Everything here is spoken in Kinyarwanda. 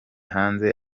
hanze